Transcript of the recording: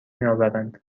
میآورند